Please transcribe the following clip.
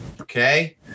Okay